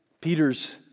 Peter's